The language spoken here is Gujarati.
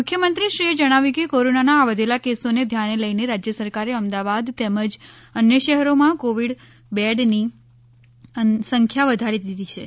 મુખ્યમંત્રીશ્રીએ જણાવ્યું કે કોરોનાના આ વધેલા કેસોને ધ્યાને લઇને રાજ્ય સરકારે અમદાવાદ તેમજ અન્ય શહેરોમાં કોવિડ બેડની સંખ્યા વધારી દીધી છે